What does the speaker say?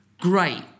great